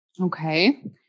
Okay